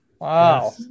Wow